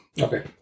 Okay